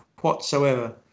whatsoever